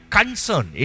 concern